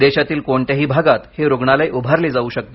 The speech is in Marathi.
देशातील कोणत्याही भागात हे रुग्णालय उभारले जावू शकते